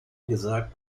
gesagt